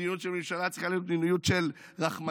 מדיניות של ממשלה צריכה להיות מדיניות של רחמנות,